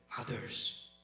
others